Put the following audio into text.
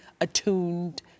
attuned